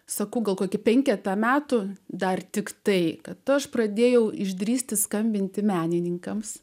sakau gal kokį penketą metų dar tiktai kad aš pradėjau išdrįsti skambinti menininkams